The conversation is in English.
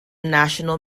national